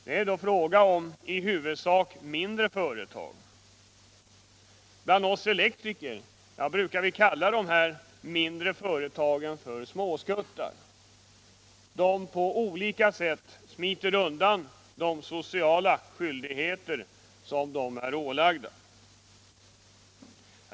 Det är då fråga om i huvudsak mindre företag — bland oss elektriker brukar de kallas för ”småskuttar”. De smiter på olika sätt undan de sociala skyldigheter som de är ålagda.